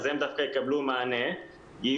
אז הן דווקא יקבלו מענה.